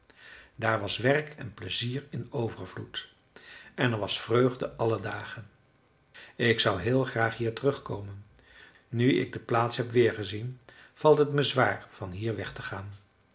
daar was werk en plezier in overvloed en er was vreugde alle dagen ik zou heel graag hier terugkomen nu ik de plaats heb weergezien valt het me zwaar van hier weg te gaan